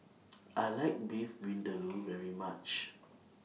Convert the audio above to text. I like Beef Vindaloo very much